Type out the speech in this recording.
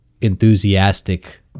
enthusiastic